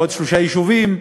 ועוד שלושה יישובים,